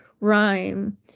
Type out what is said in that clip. rhyme